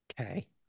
Okay